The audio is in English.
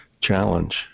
challenge